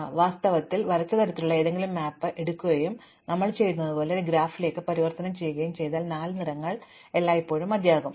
അതിനാൽ വാസ്തവത്തിൽ ഞങ്ങൾ വരച്ച തരത്തിലുള്ള ഏതെങ്കിലും മാപ്പ് നിങ്ങൾ എടുക്കുകയും ഞങ്ങൾ ചെയ്തതു പോലെ ഒരു ഗ്രാഫിലേക്ക് പരിവർത്തനം ചെയ്യുകയും ചെയ്താൽ നാല് നിറങ്ങൾ എല്ലായ്പ്പോഴും മതിയാകും